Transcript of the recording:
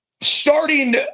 starting